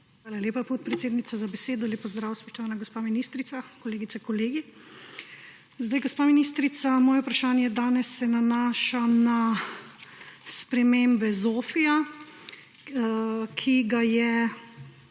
Hvala lepa, podpredsednica, za besedo. Lep pozdrav, spoštovana gospa ministrica, kolegice, kolegi! Gospa ministrica, moje vprašanje danes se nanaša na spremembe ZOFVI, ki ga je